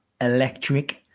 electric